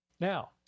Now